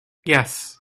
yes